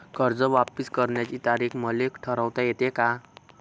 कर्ज वापिस करण्याची तारीख मले ठरवता येते का?